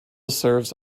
serves